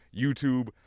YouTube